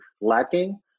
lacking